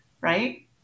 right